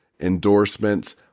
endorsements